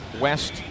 west